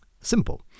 Simple